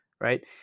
Right